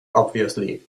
obviously